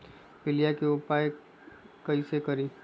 पीलिया के उपाय कई से करी?